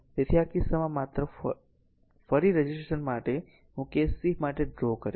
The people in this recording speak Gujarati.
તેથી આ કિસ્સામાં માત્ર ફરી રજીસ્ટ્રેશન માટે હું કેસ c માટે ડ્રો કરીશ